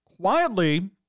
quietly